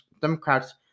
Democrats